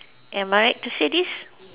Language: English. am I right to say this